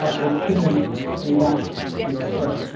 ah or couldn't do that particular skill.